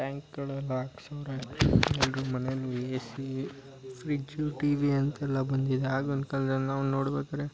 ಟ್ಯಾಂಕುಗಳೆಲ್ಲಾ ಹಾಕ್ಸವ್ರೆ ಎಲ್ಲರ ಮನೆಯಲ್ಲೂ ಎ ಸಿ ಫ್ರಿಜ್ಜು ಟಿವಿ ಅಂತೆಲ್ಲ ಬಂದಿದೆ ಆಗ ಒಂದು ಕಾಲ್ದಲ್ಲಿ ನಾವು ನೋಡ್ಬೇಕಾದ್ರೆ